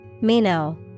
Mino